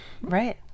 Right